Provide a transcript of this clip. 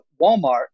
Walmart